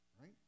right